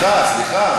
אה, סליחה, סליחה.